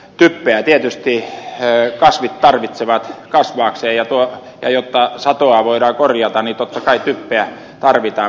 typpeä tietysti kasvit tarvitsevat kasvaakseen ja jotta satoa voidaan korjata niin totta kai typpeä tarvitaan